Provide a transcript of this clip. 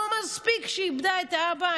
לא מספיק שהיא איבדה את האבא,